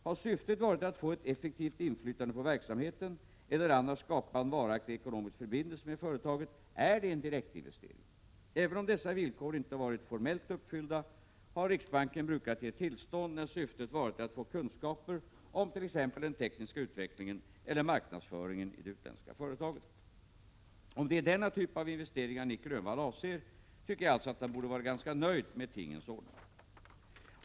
Har syftet varit att få ett effektivt inflytande på verksamheten eller annars skapa en varaktig ekonomisk förbindelse med företaget är det en direktinvestering. Även om dessa villkor inte varit formellt uppfyllda har riksbanken brukat ge tillstånd när syftet varit att få kunskaper om t.ex. den tekniska utvecklingen eller marknadsföringen i det utländska företaget. Om det är denna typ av investeringar Nic Grönvall avser tycker jag alltså att han borde vara ganska nöjd med tingens ordning.